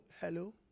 hello